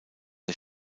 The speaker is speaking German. der